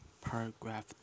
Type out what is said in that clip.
Paragraph